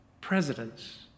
Presidents